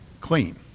clean